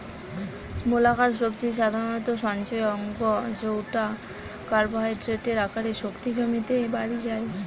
মূলাকার সবজি সাধারণত সঞ্চয় অঙ্গ জউটা কার্বোহাইড্রেটের আকারে শক্তি জমিতে বাড়ি যায়